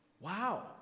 Wow